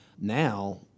now